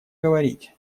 говорить